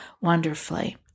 wonderfully